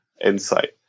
insight